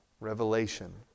Revelation